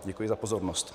Děkuji za pozornost.